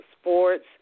sports